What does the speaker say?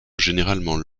généralement